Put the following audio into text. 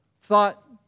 thought